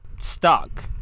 stuck